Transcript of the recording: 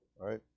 Right